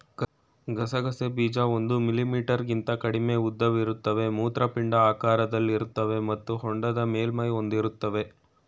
ಗಸಗಸೆ ಬೀಜ ಒಂದು ಮಿಲಿಮೀಟರ್ಗಿಂತ ಕಡಿಮೆ ಉದ್ದವಿರುತ್ತವೆ ಮೂತ್ರಪಿಂಡ ಆಕಾರದಲ್ಲಿರ್ತವೆ ಮತ್ತು ಹೊಂಡದ ಮೇಲ್ಮೈ ಹೊಂದಿರ್ತವೆ